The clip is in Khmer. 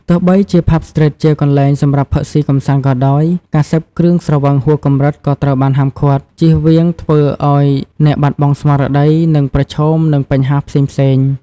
ទោះបីជា ផាប់ ស្ទ្រីត ជាកន្លែងសម្រាប់ផឹកស៊ីកម្សាន្តក៏ដោយ ការសេពគ្រឿងស្រវឹងហួសកម្រិតក៏ត្រូវបានហាមឃាត់ ចៀសវាងធ្វើឲ្យអ្នកបាត់បង់ស្មារតី និងប្រឈមនឹងបញ្ហាផ្សេងៗ។